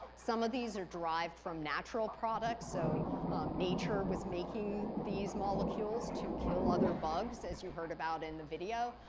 some of these are derived from natural products. so nature was making these molecules to kill other bugs, as you heard about in the video.